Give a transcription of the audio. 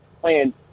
playing